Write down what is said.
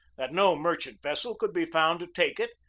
that no merchant-vessel could be found to take it,